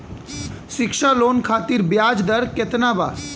शिक्षा लोन खातिर ब्याज दर केतना बा?